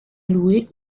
louer